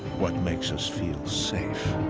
what makes us feel safe.